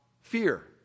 fear